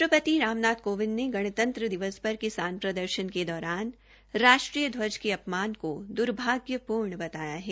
राष्ट्रपति राम नाथ कोविंद ने गण्तंत्री दिवस पर किसान प्रदर्शन के दौरान राष्ट्रीय ध्वज के अपमान को दर्भाग्यपूर्ण बताया है